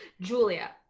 Julia